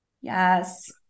Yes